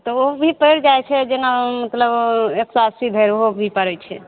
तऽ ओ भी पड़ि जाइ छै जेना मतलब एक सए अस्सी धरि ओहो भी पड़ै छै